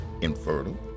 infertile